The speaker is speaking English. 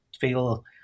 feel